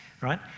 right